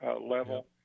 level